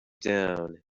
down